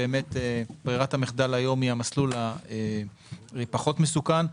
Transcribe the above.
שברירת המחדל היום היא המסלול הפחות מסוכן,